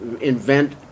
invent